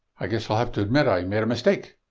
i guess i'll have to admit i made a mistake.